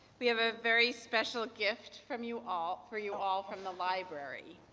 we have a very special gift from you all, for you all from the library.